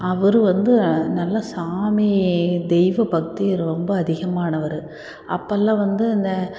அவர் வந்து நல்லா சாமி தெய்வ பக்தி ரொம்ப அதிகமானவர் அப்போல்லாம் வந்து அந்த